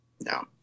No